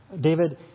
David